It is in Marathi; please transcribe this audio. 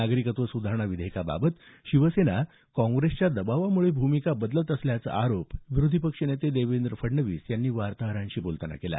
नागरिकत्व सुधारणा विधेयकाबाबत शिवसेना काँप्रेसच्या दबावामुळे भूमिका बदलत असल्याचा आरोप विरोधी पक्षनेते देवेंद्र फडणवीस यांनी वार्ताहरांशी बोलतांना केला